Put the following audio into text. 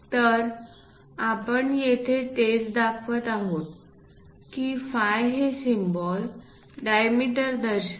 तर आपण येथे तेच दाखवत आहोत की फाय हे सिम्बॉल डायमीटर दर्शवते